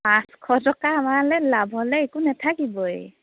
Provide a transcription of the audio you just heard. পাঁচশ টকা আমালৈ লাভলৈ একো নাথাকিবই